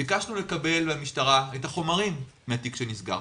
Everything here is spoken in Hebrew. ביקשנו לקבל מהמשטרה את החומרים מהתיק שנסגר.